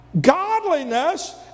godliness